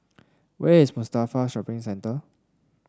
where is Mustafa Shopping Centre